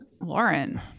lauren